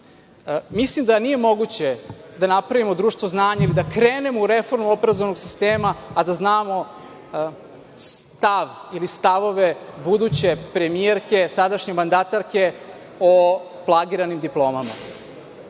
da nije moguće da napravimo društvo znanja i da krenemo u reformu obrazovnog sistema, a da znamo stav ili stavove buduće premijerke, sadašnje mandatarke o plagiranim diplomama.